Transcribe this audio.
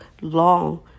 long